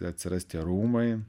atsiras tie rūmai